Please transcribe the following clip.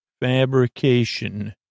fabrication